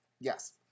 Yes